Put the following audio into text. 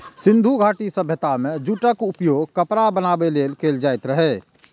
सिंधु घाटी सभ्यता मे जूटक उपयोग कपड़ा बनाबै लेल कैल जाइत रहै